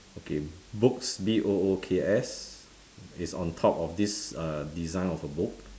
okay books B O O K S is on top of this err design of a book